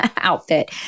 outfit